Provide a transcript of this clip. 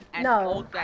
No